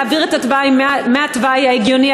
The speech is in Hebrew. להעביר את התוואי מהתוואי ההגיוני,